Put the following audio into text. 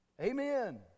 Amen